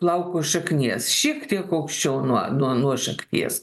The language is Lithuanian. plauko šaknies šiek tiek aukščiau nuo nuo nuo šaknies